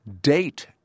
date